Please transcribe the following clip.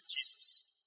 Jesus